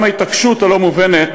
גם ההתעקשות הלא-מובנת,